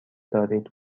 دارید